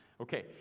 Okay